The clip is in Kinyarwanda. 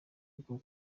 uku